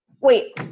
wait